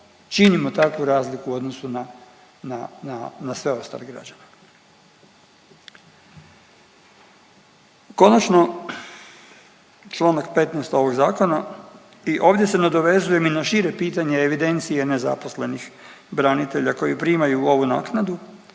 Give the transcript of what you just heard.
činimo takvu razliku u odnosu na sve ostale građane. Konačno članak 15. ovog zakona i ovdje se nadovezujem i na šire pitanje evidencije nezaposlenih branitelja koji primaju ovu naknadu